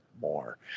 more